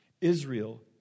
Israel